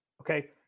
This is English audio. okay